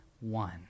one